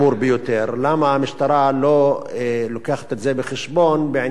למה המשטרה לא מביאה את זה בחשבון בעניין חלופת מעצר.